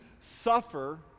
suffer